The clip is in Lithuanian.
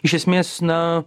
iš esmės na